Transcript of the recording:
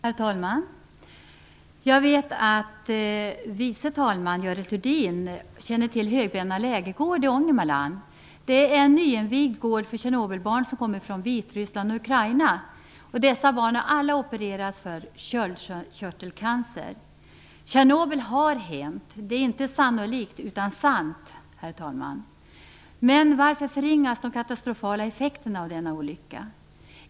Herr talman! Jag vet att andre vice talman Görel Thurdin känner till Högbränna lägergård i Ångermanland. Det är en nyinvigd gård för Tjernobylbarn som kommer från Vitryssland och Ukraina. Alla dessa barn har opererats för sköldkörtelcancer. Tjernobyl har hänt. Det är inte sannolikt utan sant, herr talman! Men varför förringas de katastrofala effekterna av denna olycka?